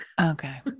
okay